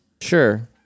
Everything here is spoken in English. Sure